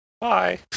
Bye